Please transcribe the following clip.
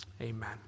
Amen